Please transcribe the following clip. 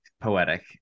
poetic